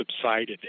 subsided